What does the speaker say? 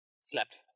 slept